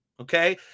Okay